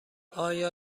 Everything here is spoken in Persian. آیا